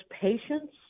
patience